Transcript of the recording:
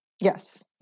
Yes